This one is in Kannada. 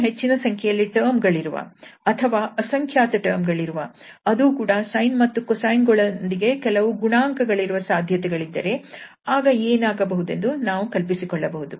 ಇನ್ನು ಹೆಚ್ಚಿನ ಸಂಖ್ಯೆಯಲ್ಲಿ ಟರ್ಮ್ ಗಳಿರುವ ಅಥವಾ ಅಸಂಖ್ಯಾತ ಟರ್ಮ್ ಗಳಿರುವ ಅದೂ ಕೂಡ sine ಮತ್ತು cosine ಗಳೊಂದಿಗೆ ಕೆಲವು ಗುಣಾಂಕಗಳಿರುವ ಸಾಧ್ಯತೆಗಳಿದ್ದರೆ ಆಗ ಏನಾಗಬಹುದೆಂದು ನಾವು ಕಲ್ಪಿಸಿಕೊಳ್ಳಬಹುದು